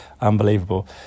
Unbelievable